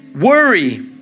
worry